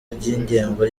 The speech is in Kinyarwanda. ry’ingengo